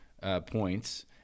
points